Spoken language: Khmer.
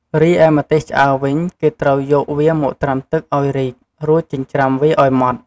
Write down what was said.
រីឯម្ទេសឆ្អើរវិញ គេត្រូវយកវាមកត្រាំទឹកឱ្យរីក រួចចិញ្ច្រាំវាឱ្យម៉ដ្ឋ។